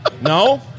No